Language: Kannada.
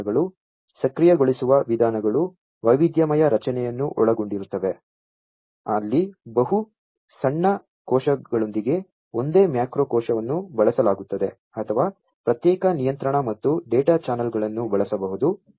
ಸಕ್ರಿಯಗೊಳಿಸುವ ವಿಧಾನಗಳು ವೈವಿಧ್ಯಮಯ ರಚನೆಯನ್ನು ಒಳಗೊಂಡಿರುತ್ತವೆ ಅಲ್ಲಿ ಬಹು ಸಣ್ಣ ಕೋಶಗಳೊಂದಿಗೆ ಒಂದೇ ಮ್ಯಾಕ್ರೋ ಕೋಶವನ್ನು ಬಳಸಲಾಗುತ್ತದೆ ಅಥವಾ ಪ್ರತ್ಯೇಕ ನಿಯಂತ್ರಣ ಮತ್ತು ಡೇಟಾ ಚಾನಲ್ಗಳನ್ನು ಬಳಸಬಹುದು